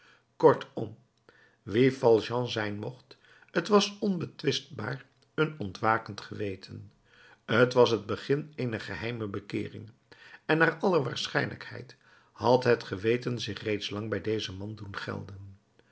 kortom wie valjean zijn mocht t was onbetwistbaar een ontwakend geweten t was het begin eener geheime bekeering en naar alle waarschijnlijkheid had het geweten zich reeds lang bij dezen man doen gelden